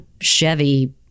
Chevy